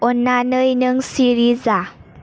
अन्नानै नों सिरि जा